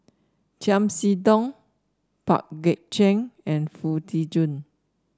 Chiam See Tong Pang Guek Cheng and Foo Tee Jun